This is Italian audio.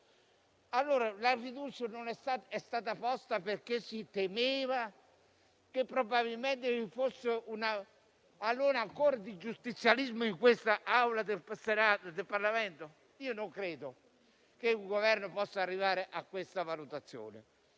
questo. La fiducia è stata posta perché si temeva che probabilmente vi fosse ancora un alone di giustizialismo in quest'Aula del Parlamento? Non credo che un Governo possa arrivare a questa valutazione.